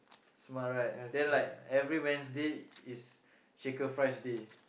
smart right then like every Wednesday is shaker fries day